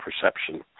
perception